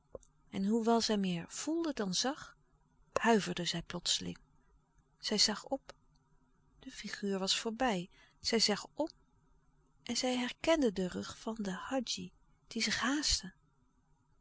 en hoewel zij meer voelde dan zag huiverde zij plotseling zij zag op de figuur was voorbij zij zag om en zij herkende den rug van den hadji die zich haastte